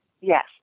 Yes